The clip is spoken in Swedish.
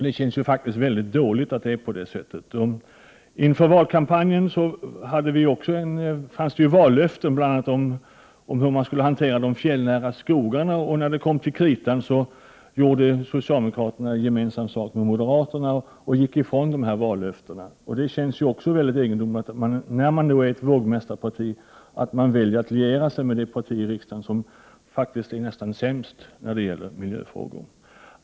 Det känns faktiskt väldigt dåligt att det är på det sättet. Inför valkampanjen fanns det vallöften bl.a. om hur man skulle hantera fjällnära skogar. När det kom till kritan gjorde socialdemokraterna gemensam sak med moderaterna och gick ifrån de här vallöftena. Det känns också väldigt egendomligt att man, när man är ett vågmästarparti, väljer att liera sig med det parti i riksdagen som faktiskt är nästan sämst när det gäller miljöfrågor.